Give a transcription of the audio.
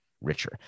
richer